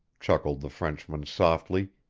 chuckled the frenchman softly,